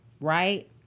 Right